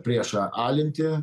priešą alinti